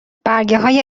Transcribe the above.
برگههای